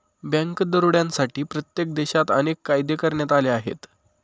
bank दरोड्यांसाठी प्रत्येक देशात अनेक कायदे करण्यात आले आहेत